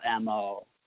MO